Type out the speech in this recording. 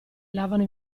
lavano